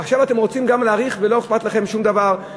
עכשיו אתם רוצים גם להאריך ולא אכפת לכם שום דבר,